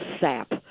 sap